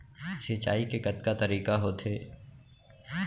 सिंचाई के कतका तरीक़ा होथे?